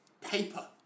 paper